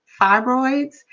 fibroids